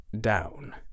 down